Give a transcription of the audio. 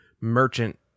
merchant